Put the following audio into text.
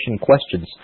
questions